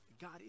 God